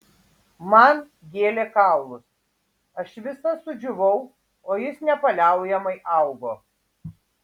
man gėlė kaulus aš visa sudžiūvau o jis nepaliaujamai augo